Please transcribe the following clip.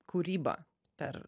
kūrybą per